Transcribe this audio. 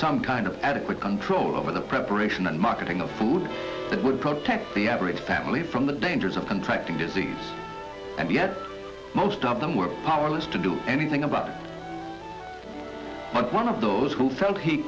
some kind of adequate control over the preparation and marketing of food that would protect the average family from the dangers of contracting disease and yet most of them were powerless to do anything about it but one of those who felt he